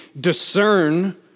discern